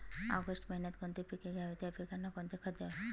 August महिन्यात कोणती पिके घ्यावीत? या पिकांना कोणते खत द्यावे?